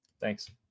Thanks